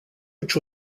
which